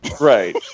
Right